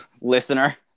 Listener